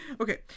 Okay